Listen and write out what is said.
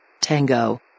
Tango